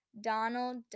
Donald